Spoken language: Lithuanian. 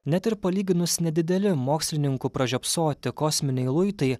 net ir palyginus nedideli mokslininkų pražiopsoti kosminiai luitai